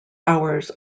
hours